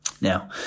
Now